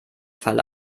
fall